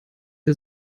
der